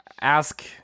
Ask